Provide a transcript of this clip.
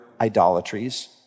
idolatries